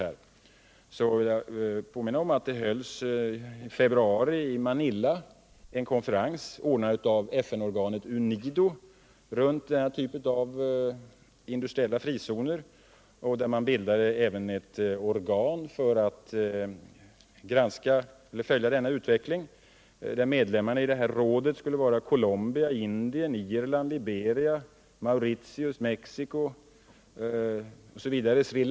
Jag vill då påminna om att det i Manilla hölls en konferens i februari månad, vilken var anordnad av FN-organet UNIDO, där man diskuterade denna typ av industriella frizoner. Man bildade då också ett råd som skulle följa utvecklingen. Medlemmar i det rådet skulle vara Colombia, Indien, Irland, Liberia, Mauritius, Mexico, Sri Lanka och Sudan och några till.